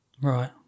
Right